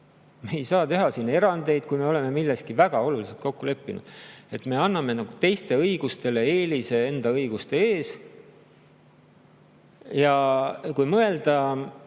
Me ei saa teha erandeid, kui me oleme milleski väga olulises kokku leppinud. Me anname nagu teiste õigustele eelise enda õiguste ees. Ja kui mõelda